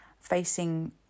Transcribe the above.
facing